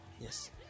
yes